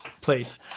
please